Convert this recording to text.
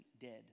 dead